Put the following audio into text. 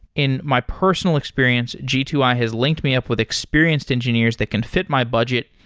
in my personal experience, g two i has linked me up with experienced engineers that can fit my budget,